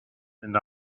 and